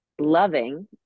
loving